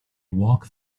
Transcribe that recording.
walk